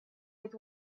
with